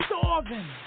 starving